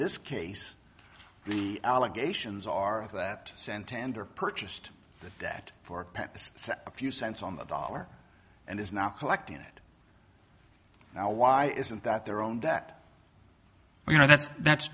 this case the allegations are that santander purchased the debt for papists a few cents on the dollar and is now collecting it now why isn't that their own debt you know that's that's